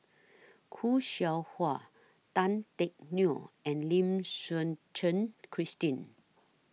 Khoo Seow Hwa Tan Teck Neo and Lim Suchen Christine